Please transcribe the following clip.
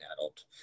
adult